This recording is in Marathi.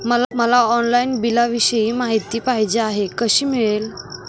मला ऑनलाईन बिलाविषयी माहिती पाहिजे आहे, कशी मिळेल?